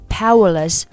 powerless